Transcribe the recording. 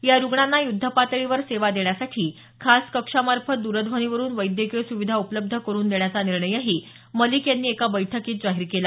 या रुग्णांना युद्धपातळीवर सेवा देण्यासाठी खास कक्षामार्फत द्रध्वनीवरून वैद्यकीय सुविधा उपलब्ध करून देण्याचा निर्णयही मलिक यांनी एका बैठकीत जाहीर केला